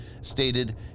stated